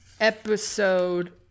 episode